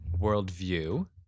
worldview